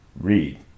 Read